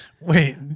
Wait